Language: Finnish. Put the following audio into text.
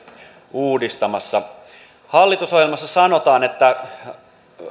uudistamassa hallitusohjelmassa sanotaan että